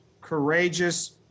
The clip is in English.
courageous